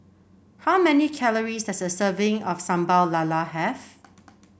how many calories does a serving of Sambal Lala have